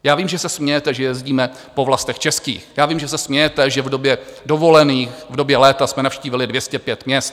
Já vím, že se smějete, že jezdíme po vlastech českých, já vím, že se smějete, že v době dovolených, v době léta jsme navštívili 205 měst.